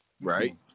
Right